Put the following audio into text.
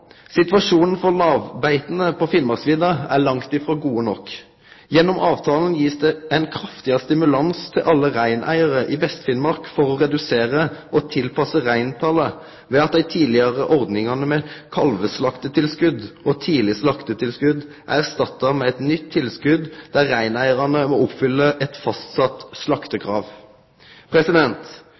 Situasjonen for lågbeita på Finnmarksvidda er langt frå god nok. Gjennom avtalen blir det gjeve ein kraftigare stimulans til alle reineigarane i Vest-Finnmark for å redusere og tilpasse reintalet, ved at dei tidlegare ordningane med kalveslaktetilskot og tidlegslaktetilskot er erstatta med eit nytt tilskot der reineigarane må oppfylle eit fastsett slaktekrav.